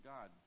God